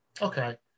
Okay